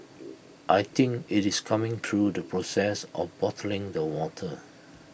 I think IT is coming through the process of bottling the water